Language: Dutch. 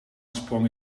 sprong